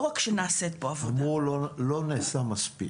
לא רק שנעשית פה עבודה --- אמרו, לא נעשה מספיק.